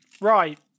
Right